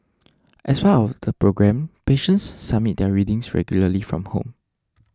as part of the programme patients submit their readings regularly from home